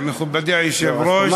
מכובדי היושב-ראש,